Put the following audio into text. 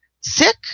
sick